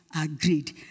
agreed